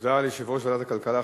תודה ליושב-ראש ועדת הכלכלה,